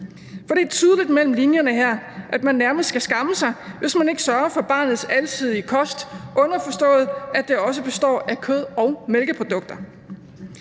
For det er tydeligt mellem linjerne her, at man nærmest skal skamme sig, hvis man ikke sørger for barnets alsidige kost, underforstået at den også består af kød og mælkeprodukter.